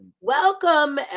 welcome